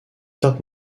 top